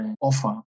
offer